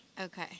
Okay